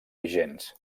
vigents